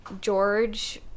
George